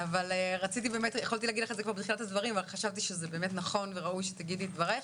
חשבתי שזה באמת נכון וראוי שתגידי את דבריך,